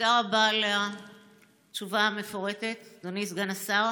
תודה רבה על התשובה המפורטת, אדוני סגן השר.